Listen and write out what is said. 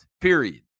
period